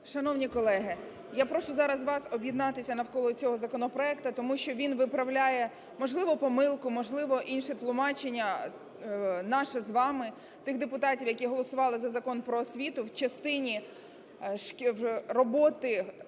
Шановні колеги, я прошу зараз вас об'єднатися навколо цього законопроекту, тому що він виправляє, можливо, помилку, можливо, інше тлумачення наше з вами, тих депутатів, які голосували за Закон "По освіту", в частині роботи